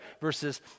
Verses